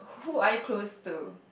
who are you close to